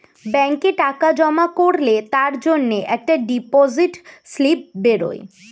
ব্যাংকে টাকা জমা করলে তার জন্যে একটা ডিপোজিট স্লিপ বেরোয়